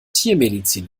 tiermedizin